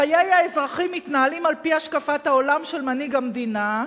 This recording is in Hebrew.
חיי האזרחים מתנהלים על-פי השקפת העולם של מנהיג המדינה,